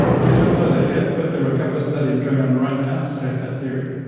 we don't know that yet but there are a couple of studies going on right now to test that theory.